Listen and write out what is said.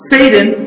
Satan